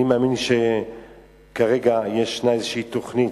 אני מאמין שכרגע יש איזו תוכנית,